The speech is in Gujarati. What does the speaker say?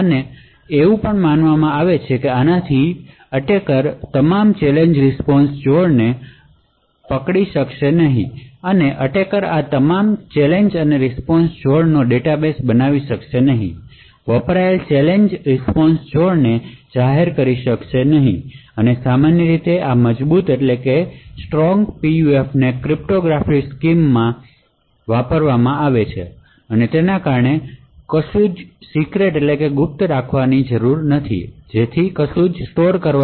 અને એવું પણ માનવામાં આવે છે કે આનાથી હુમલાખોર તમામ ચેલેન્જ રિસ્પોન્સ જોડોને પકડી શકશે નહીં અથવા હુમલાખોર આ તમામ ચેલેંજ રીસ્પોન્શ જોડીઓનો ડેટાબેસ બનાવી શકશે નહીં વપરાયેલ ચેલેંજ રીસ્પોન્શ જોડીઓને જાહેર કરી શકાય છે અને સામાન્ય રીતે આ મજબૂત PUFને ક્રિપ્ટોગ્રાફિક સ્કીમની આવશ્યકતા રહેશે નહીં કારણ કે તેમાં કશું સીક્રેટનથી જે સંગ્રહિત કરવું પડે